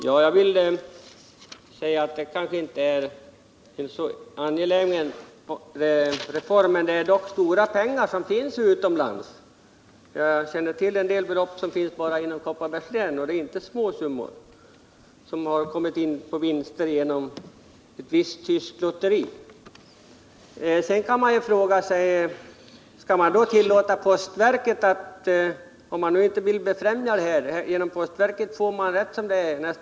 Herr talman! Det är kanske inte en så angelägen reform, men det finns stora pengar utomlands. Jag känner till en del belopp i Kopparbergs län — och det är inte småsummor — som har kommit in på vinster i ett visst tyskt lotteri. Man kan då fråga sig varför man genom postverket nästan varje månad får reklam förmedlad från dessa lotterier.